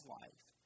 life